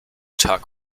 tag